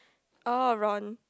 oh Ron